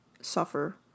suffer